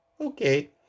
Okay